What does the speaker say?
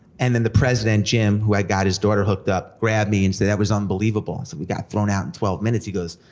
and then the president, jim, who i got his daughter hooked up, grabbed me and said, that was unbelievable. so we got thrown out in twelve minutes, he goes,